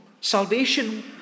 Salvation